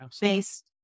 based